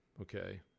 okay